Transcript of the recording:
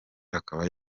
akaba